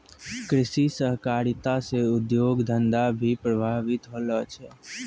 कृषि सहकारिता से उद्योग धंधा भी प्रभावित होलो छै